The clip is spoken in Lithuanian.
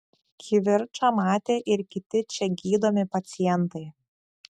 kivirčą matė ir kiti čia gydomi pacientai